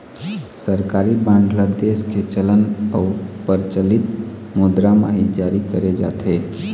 सरकारी बांड ल देश के चलन अउ परचलित मुद्रा म ही जारी करे जाथे